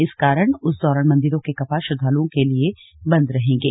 इस कारण उस दौरान मंदिरों के कपाट श्रद्वालुओं के लिए बंद रहेंगे